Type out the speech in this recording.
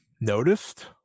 noticed